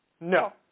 no